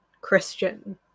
Christian